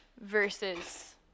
versus